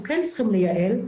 אנחנו כן צריכים ליעל.